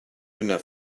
enough